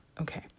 Okay